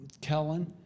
Kellen